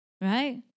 Right